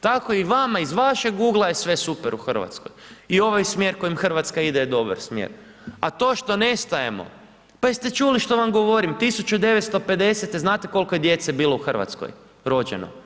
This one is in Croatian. Tako i vama iz vašeg ugla je sve super u Hrvatskoj i ovaj smjer kojim Hrvatska ide je dobar smjer, a to što nestajemo, pa jeste čuli što vam govorim, 1950. znate koliko je djece bilo u Hrvatskoj rođeno?